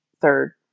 third